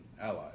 allies